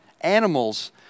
animals